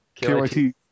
KYT